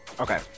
Okay